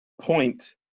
point